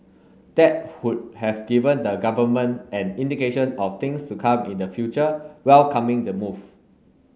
that would have given the government an indication of things to come in the future welcoming the move